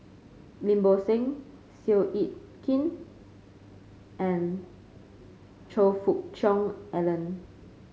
Lim Bo Seng Seow Yit Kin and Choe Fook Cheong Alan